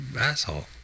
asshole